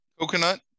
Coconut